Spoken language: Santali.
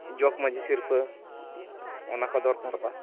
ᱡᱚᱜ ᱢᱟᱹᱡᱷᱤ ᱥᱤᱨᱯᱟᱹ ᱚᱱᱟ ᱠᱚ ᱫᱚᱨᱠᱟᱨᱚᱜᱼᱟ